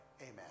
amen